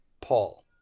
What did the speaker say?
Paul